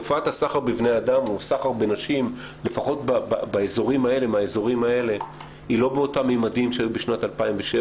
תופעת הסחר בנשים באזורים האלה היא לא באותם ממדים שהיו ב-2007-2009.